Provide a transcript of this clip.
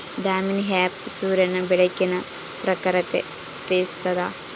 Damini app ಸೂರ್ಯನ ಬೆಳಕಿನ ಪ್ರಖರತೆ ತಿಳಿಸ್ತಾದ